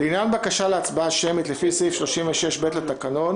לעניין בקשה להצבעה שמית לפי סעיף 36(ב) לתקנון